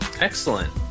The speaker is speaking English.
Excellent